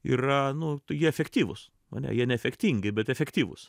yra nu jie efektyvūs o ne jie neefektingi bet efektyvūs